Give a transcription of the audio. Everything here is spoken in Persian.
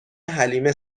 حلیمه